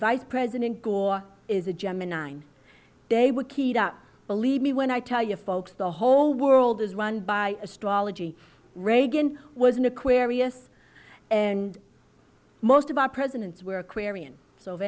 vice president gore is a gemini and they were keyed up believe me when i tell you folks the whole world is run by astrology reagan was an aquarius and most of our presidents were aquarian so